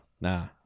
Nah